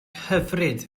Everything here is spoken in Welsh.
hyfryd